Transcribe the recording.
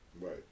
Right